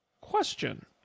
question